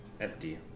empty